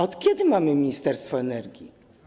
Od kiedy mamy Ministerstwo Energii?